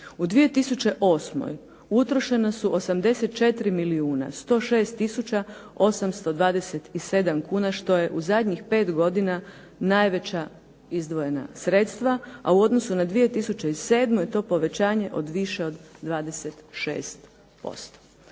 U 2008. utrošene su 84 milijuna 106 tisuća 827 kuna što je u zadnjih 5 godina najveća izdvojena sredstva, a u odnosu na 2007. je to povećanje od više od 26%.